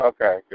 Okay